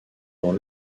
dans